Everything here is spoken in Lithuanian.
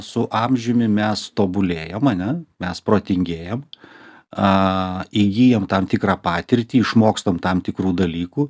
su amžiumi mes tobulėjam ane mes protingejam įgyjam tam tikrą patirtį išmokstam tam tikrų dalykų